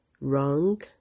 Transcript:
wrong